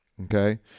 okay